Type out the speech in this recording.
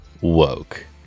woke